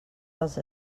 dels